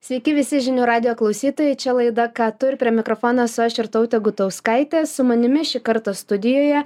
sveiki visi žinių radijo klausytojai čia laida ką tu ir prie mikrofono esu aš irtautė gutauskaitė su manimi šį kartą studijoje